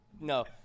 No